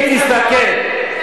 אם תסתכל,